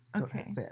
Okay